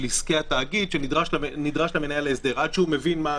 עסקי התאגיד שנדרשת למנהל ההסדר כדי להבין,